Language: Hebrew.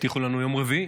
הבטיחו לנו ביום רביעי.